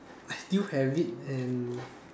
I still have it and